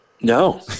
No